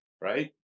right